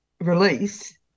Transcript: release